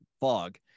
fog